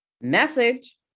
Message